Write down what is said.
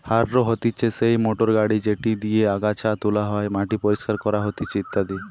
harrow হতিছে সেই motor গাড়ি যেটি দিয়া আগাছা তোলা হয়, মাটি পরিষ্কার করা হতিছে ইত্যাদি